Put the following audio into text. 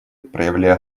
проявляя